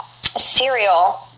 cereal